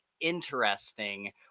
interesting